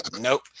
nope